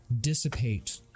dissipate